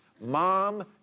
Mom